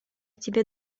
тебе